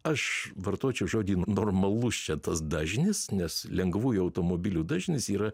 aš vartočiau žodį normalus čia tas dažnis nes lengvųjų automobilių dažnis yra